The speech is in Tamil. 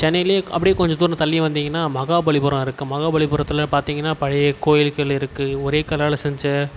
சென்னையிலேயே அப்படி கொஞ்சம் தூரம் தள்ளி வந்திங்கன்னா மகாபலிபுரம் இருக்குது மகாபலிபுரத்தில் பார்த்திங்கனா பழைய கோவில்கள் இருக்குது ஒரே கல்லால் செஞ்ச